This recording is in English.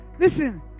Listen